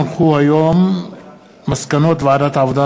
והיא עוברת לוועדת העבודה,